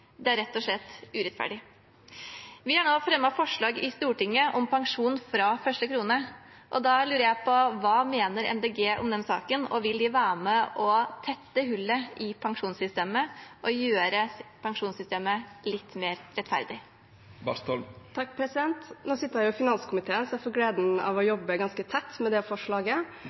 Det er rett og slett urettferdig. Vi har nå fremmet forslag i Stortinget om pensjon fra første krone. Da lurer jeg på hva Miljøpartiet De Grønne mener om den saken, og om de vil være med og tette hullet i pensjonssystemet og gjøre det litt mer rettferdig. Nå sitter jeg i finanskomiteen, så jeg får gleden av å jobbe ganske tett med det forslaget